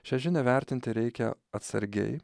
šią žinią vertinti reikia atsargiai